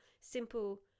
simple